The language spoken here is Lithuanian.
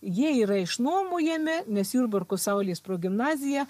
jie yra išnuomojami nes jurbarko saulės progimnazija